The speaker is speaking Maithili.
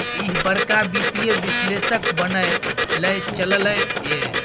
ईह बड़का वित्तीय विश्लेषक बनय लए चललै ये